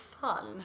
fun